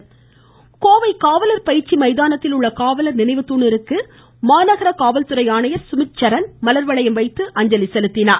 இத்தினத்தையொட்டி கோவை காவலர் பயிற்சி மைதானத்தில் உள்ள காவலர் நினைவு தூணிற்கு மாநகர காவல்துறை ஆணையர் சுமித் சரண் மலர்வளையம் வைத்து அஞ்சலி செலுத்தினார்